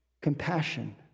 compassion